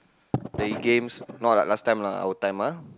playing games not like last time our time ah